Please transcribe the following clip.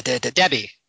Debbie